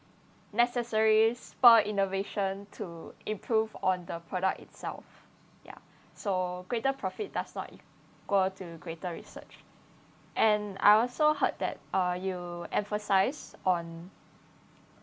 necessarily spur innovation to improve on the product itself ya so greater profit does equal to greater research and I also heard that uh you emphasise on